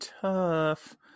tough